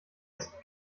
ist